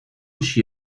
she